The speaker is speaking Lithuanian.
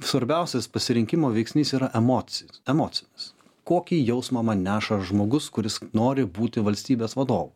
svarbiausias pasirinkimo veiksnys yra emocijos emocijos kokį jausmą man neša žmogus kuris nori būti valstybės vadovu